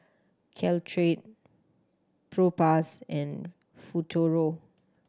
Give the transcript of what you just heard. Caltrate Propass and Futuro